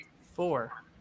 four